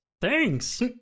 thanks